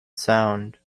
sound